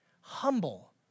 humble